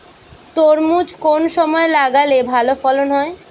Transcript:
তরমুজ কোন সময় লাগালে ভালো ফলন হয়?